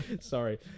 Sorry